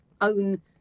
own